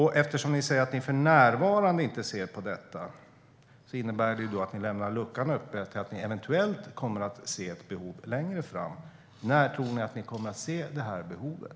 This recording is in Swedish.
Eftersom ni säger att ni för närvarande inte ser behovet av en sådan innebär det att ni lämnar luckan öppen för att ni eventuellt kommer att se ett behov längre fram. När tror ni att ni kommer att se det här behovet?